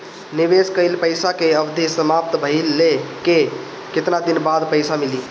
निवेश कइल पइसा के अवधि समाप्त भइले के केतना दिन बाद पइसा मिली?